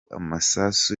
amasasu